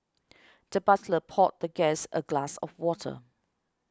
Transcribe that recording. the butler poured the guest a glass of water